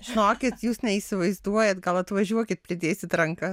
žinokit jūs neįsivaizduojat gal atvažiuokit pridėsit ranką